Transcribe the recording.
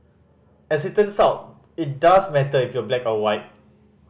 as it turns out it does matter if you're black or white